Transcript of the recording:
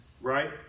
right